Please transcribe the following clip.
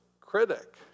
critic